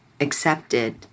accepted